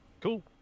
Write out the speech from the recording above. Cool